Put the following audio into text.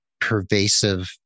pervasive